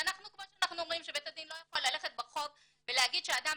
וכמו שאנחנו אומרים שבית הדין לא יכול ללכת ברחוב ולהגיד שאדם,